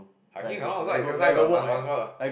hiking that one also exercise what